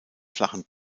flachen